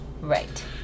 right